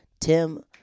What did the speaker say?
Tim